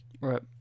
Right